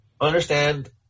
Understand